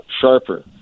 sharper